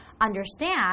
understand